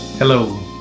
Hello